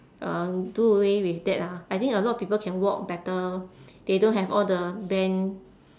uh do away with that ah I think a lot people can walk better they don't have all the bent